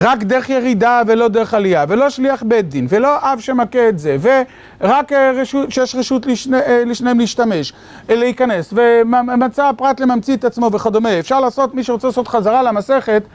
רק דרך ירידה ולא דרך עלייה, ולא שליח בית דין, ולא אב שמכה את זה, ורק שיש רשות לשניהם להשתמש, להיכנס, וממצא פרט לממציא את עצמו וכדומה. אפשר לעשות, מי שרוצה לעשות חזרה למסכת...